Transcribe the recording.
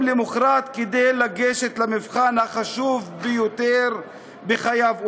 למחרת כדי לגשת למבחן החשוב ביותר בחייו,